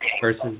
versus